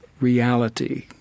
reality